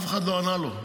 אף אחד לא ענה לו,